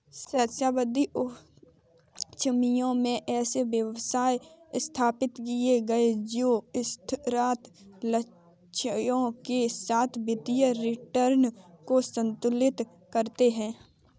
सहस्राब्दी उद्यमियों ने ऐसे व्यवसाय स्थापित किए जो स्थिरता लक्ष्यों के साथ वित्तीय रिटर्न को संतुलित करते हैं